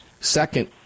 Second